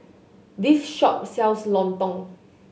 this shop sells lontong